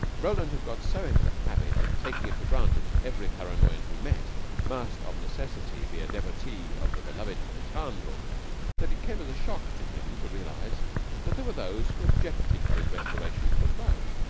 roland had got so into the habit of taking it for granted that every paranoyan he met must of necessity be a devotee of the beloved alejandro that it came as a shock to him to realize that there were those who objected to his restoration to the throne.